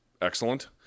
excellent